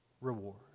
reward